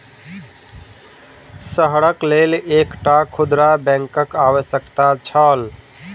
शहरक लेल एकटा खुदरा बैंकक आवश्यकता छल